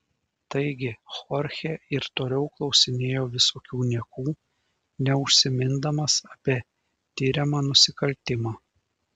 taigi chorchė ir toliau klausinėjo visokių niekų neužsimindamas apie tiriamą nusikaltimą